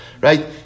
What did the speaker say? right